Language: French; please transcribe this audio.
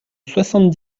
soixante